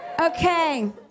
Okay